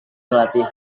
berlatih